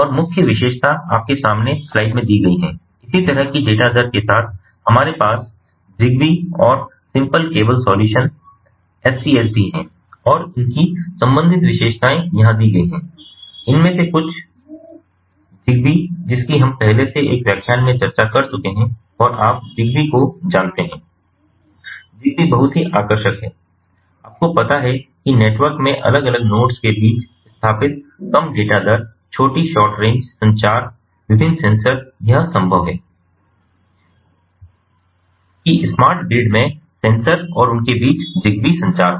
और मुख्य विशेषता आपके सामने स्लाइड में दी गई है इसी तरह की डेटा दर के साथ हमारे पास ज़िगबी और सिंपल केबल सॉल्यूशन एससीएस भी हैं और उनकी संबंधित विशेषताएं यहाँ दी गई हैं इनमें से कुछ ज़िगबी जिसकी हम पहले ही एक व्याख्यान में चर्चा कर चुके हैं और आप जिगबी को जानते हैं जिगबी बहुत ही आकर्षक है आपको पता है कि नेटवर्क में अलग अलग नोड्स के बीच स्थापित कम डेटा दर छोटी शॉर्ट रेंज संचार विभिन्न सेंसर यह संभव है कि स्मार्ट ग्रिड में सेंसर और उनके बीच जिगबी संचार हो